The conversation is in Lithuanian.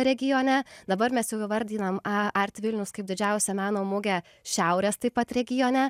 regione dabar mes įvardiname art vilnius kaip didžiausią meno mugę šiaurės taip pat regione